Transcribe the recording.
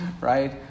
right